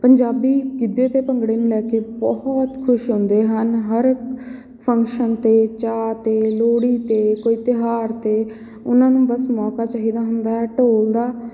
ਪੰਜਾਬੀ ਗਿੱਧੇ ਅਤੇ ਭੰਗੜੇ ਨੂੰ ਲੈ ਕੇ ਬਹੁਤ ਖੁਸ਼ ਹੁੰਦੇ ਹਨ ਹਰ ਫੰਕਸ਼ਨ 'ਤੇ ਚਾਅ 'ਤੇ ਲੋਹੜੀ 'ਤੇ ਕੋਈ ਤਿਉਹਾਰ 'ਤੇ ਉਹਨਾਂ ਨੂੰ ਬਸ ਮੌਕਾ ਚਾਹੀਦਾ ਹੁੰਦਾ ਹੈ ਢੋਲ ਦਾ